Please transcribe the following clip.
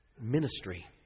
ministry